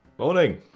Morning